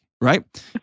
right